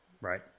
Right